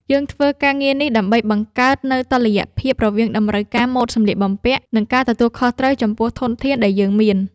យើងធ្វើការងារនេះដើម្បីបង្កើតនូវតុល្យភាពរវាងតម្រូវការម៉ូដសម្លៀកបំពាក់ និងការទទួលខុសត្រូវចំពោះធនធានដែលយើងមាន។